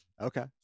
okay